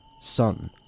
son